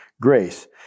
grace